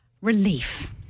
relief